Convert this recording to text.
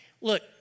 Look